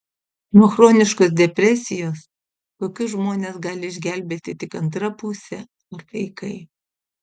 nuo chroniškos depresijos tokius žmones gali išgelbėti tik antra pusė ar vaikai